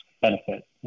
benefit